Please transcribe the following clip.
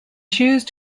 choose